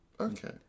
Okay